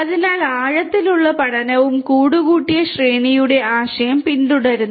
അതിനാൽ ആഴത്തിലുള്ള പഠനവും കൂടുകൂട്ടിയ ശ്രേണിയുടെ ആശയം പിന്തുടരുന്നു